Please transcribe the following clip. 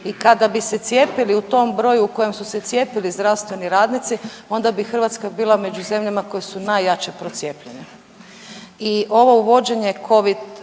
i kada bi se cijepili u tom broju u kojem su se cijepili zdravstveni radnici, onda bi Hrvatska bila među zemljama koje su najjače procijepljene i ovo uvođenje Covid